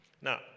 Now